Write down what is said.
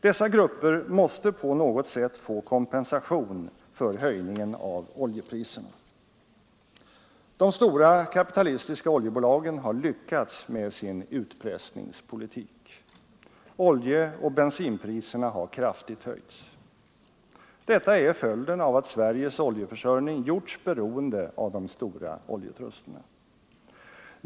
Dessa grupper måste på något sätt få kompensation för höjningen av oljepriserna. De stora kapitalistiska oljebolagen har lyckats med sin utpressningspolitik. Oljeoch bensinpriserna har kraftigt höjts. Detta är följden av att Sveriges oljeförsörjning gjorts beroende av de stora oljetrusterna.